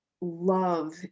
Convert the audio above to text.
love